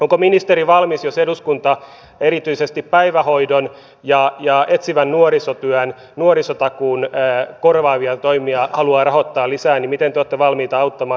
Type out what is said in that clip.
ministeri jos eduskunta erityisesti päivähoidon ja etsivän nuorisotyön nuorisotakuun korvaavia toimia haluaa rahoittaa lisää miten te olette valmis auttamaan tässä